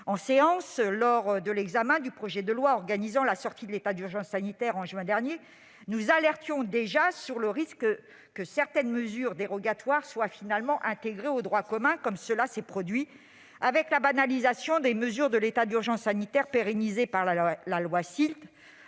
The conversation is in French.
En séance, lors de l'examen du projet de loi organisant la sortie de l'état d'urgence sanitaire, en juin dernier, nous alertions déjà sur le risque que certaines mesures dérogatoires soient finalement intégrées au droit commun, comme cela s'est produit avec la banalisation des mesures de l'état d'urgence sanitaire pérennisées par la loi